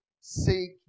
seek